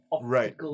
Right